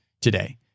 today